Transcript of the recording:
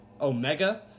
Omega